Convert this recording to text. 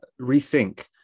rethink